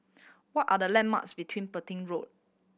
what are the landmarks between Petain Road